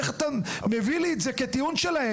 איך אתה מביא לי את זה כטיעון שלהם?